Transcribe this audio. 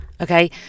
Okay